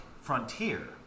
Frontier